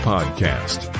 Podcast